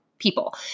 people